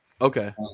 Okay